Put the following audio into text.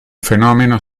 fenomeno